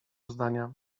zdania